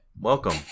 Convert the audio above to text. Welcome